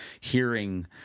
hearing